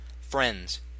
friends